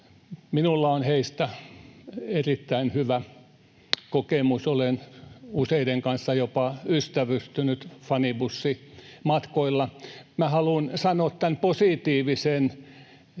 minulla on heistä erittäin hyvä kokemus. Olen useiden kanssa jopa ystävystynyt fanibussimatkoilla. Minä haluan sanoa tämän positiivisen